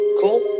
cool